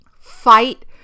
fight